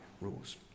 rules